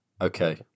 Okay